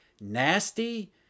nasty